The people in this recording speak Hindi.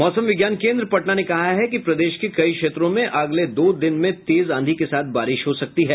मौसम विज्ञान केंद्र पटना ने कहा है कि प्रदेश के कई क्षेत्रों में अगले दो दिन में तेज आंधी के साथ बारिश हो सकती है